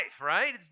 right